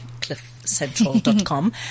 cliffcentral.com